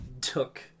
took